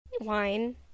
wine